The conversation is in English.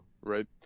right